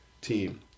team